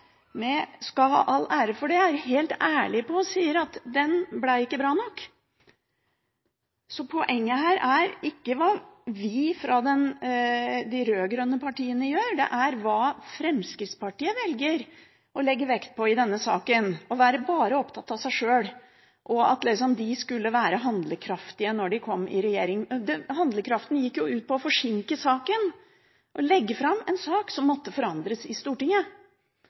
skal ha all ære for at han er helt ærlig og sier at den ikke ble bra nok. Så poenget her er ikke hva vi fra de rød-grønne partiene gjør, det er hva Fremskrittspartiet velger å legge vekt på i denne saken. Og det er å være bare opptatt av seg sjøl og at de skulle være handlekraftige når de kom i regjering. Handlekraften gikk jo ut på å forsinke saken og å legge fram en sak som måtte forandres i Stortinget.